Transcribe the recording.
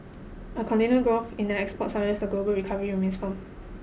a continued growth in the exports suggest the global recovery remains firm